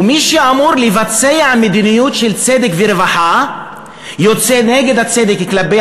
מי שאמור לבצע מדיניות של צדק ורווחה יוצא נגד הצדק כלפי